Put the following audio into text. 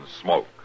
smoke